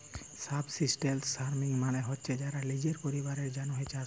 subsistence farming মালে হছে যারা লিজের পরিবারের জ্যনহে চাষ ক্যরে